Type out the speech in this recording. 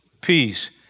peace